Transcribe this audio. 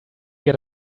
get